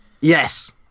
yes